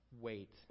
wait